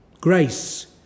grace